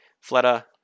Fleta